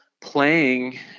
playing